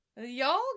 Y'all